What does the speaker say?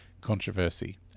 Controversy